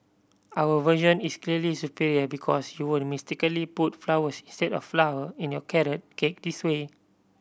our version is clearly superior because you won't mistakenly put flowers instead of flour in your carrot cake this way